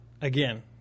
Again